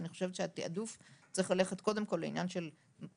אני חושבת שהתעדוף צריך ללכת קודם כל לעניין של קהילה,